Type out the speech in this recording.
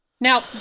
Now